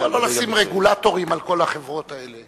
מדוע לא לשים רגולטורים על כל החברות האלה?